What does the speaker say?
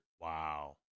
Wow